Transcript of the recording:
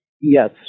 Yes